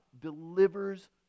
delivers